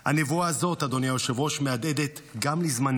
הנבואה הזאת, אדוני היושב-ראש, מהדהדת גם לזמננו.